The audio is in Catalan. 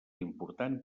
important